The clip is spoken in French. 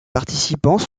participants